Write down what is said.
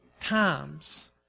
times